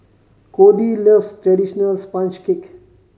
Codey loves traditional sponge cake